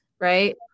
right